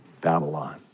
Babylon